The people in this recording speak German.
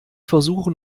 versuchen